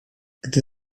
gdy